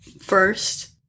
first